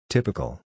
Typical